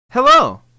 Hello